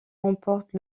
remporte